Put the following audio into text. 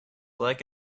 like